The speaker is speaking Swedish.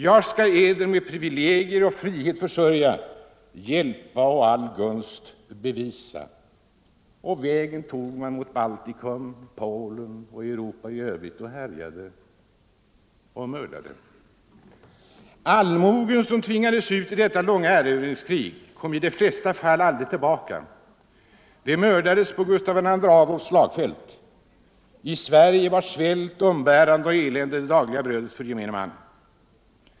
Jag skall eder med privilegier och frihet försörja, hjälpa och all gunst bevisa.” Och vägen tog man mot Baltikum, Polen och Europa i övrigt. Man härjade och mördade. Allmogen, som tvingades ut i detta långa erövringskrig, kom i de flesta fall aldrig tillbaka. Den mördades på Gustav II Adolfs slagfält. I Sverige var svält, umbäranden och elände det dagliga brödet för gemene man.